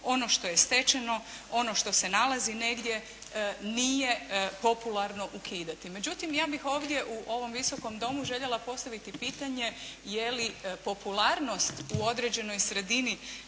ono što je stečeno, ono što se nalazi negdje nije popularno ukidati. Međutim ja bih ovdje u ovom Visokom domu željela postaviti pitanje, je li popularnost u određenoj sredini